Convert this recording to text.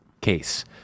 case